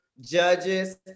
judges